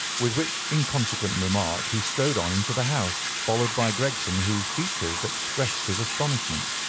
with which inconsequent remark he strode on into the house, followed by gregson, whose features expressed his astonishment.